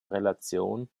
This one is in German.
relation